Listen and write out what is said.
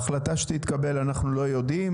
ההחלטה שתתקבל אנחנו לא יודעים,